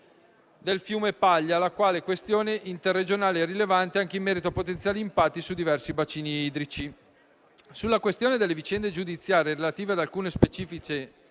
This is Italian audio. del fiume Paglia; tale questione interregionale è rilevante anche in merito ai potenziali impatti su diversi bacini idrici. Sulla questione delle vicende giudiziarie relative ad alcune specifiche